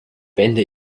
ende